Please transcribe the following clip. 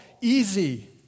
easy